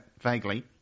vaguely